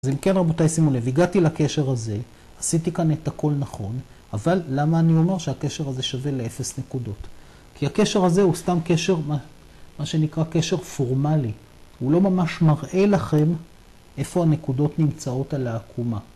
אז אם כן, רבותיי, שימו לב, הגעתי לקשר הזה, עשיתי כאן את הכל נכון, אבל למה אני אומר שהקשר הזה שווה לאפס נקודות? כי הקשר הזה הוא סתם קשר, מה שנקרא, קשר פורמלי. הוא לא ממש מראה לכם איפה הנקודות נמצאות על העקומה.